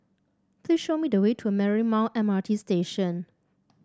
please show me the way to Marymount M R T Station